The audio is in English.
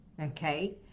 okay